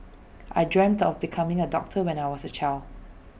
I dreamt of becoming A doctor when I was A child